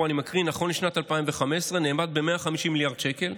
פה אני מקריא: נכון לשנת 2015 נאמד ב-150 מיליארד שקל.